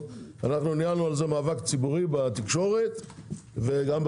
- ניהלנו על זה מאבק ציבורי בתקשורת ובוועדה.